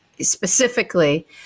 specifically